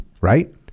right